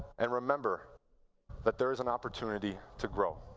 and remember that there's an opportunity to grow.